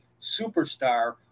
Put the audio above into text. superstar